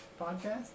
podcast